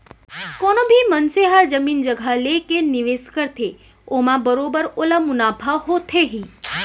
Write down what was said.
कोनो भी मनसे ह जमीन जघा लेके निवेस करथे ओमा बरोबर ओला मुनाफा होथे ही